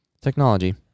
technology